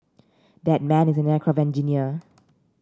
that man is an aircraft engineer